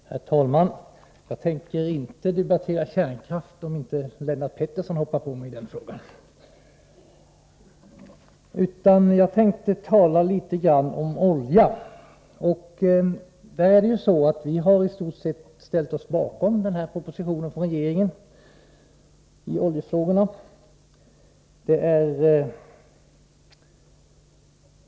Herr talman! Jag tänker inte debattera om kärnkraften, om inte Lennart Pettersson hoppar på mig i den frågan, utan jag tänkte tala litet grand om olja. Vi har i stort sett ställt oss bakom propositionen från regeringen om vissa oljefrågor.